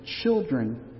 Children